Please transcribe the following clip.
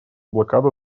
блокада